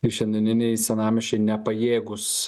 ir šiandieniniai senamiesčiai nepajėgūs